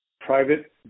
private